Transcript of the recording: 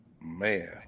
Man